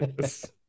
Yes